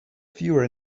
fewer